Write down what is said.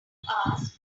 hours